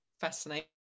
fascinating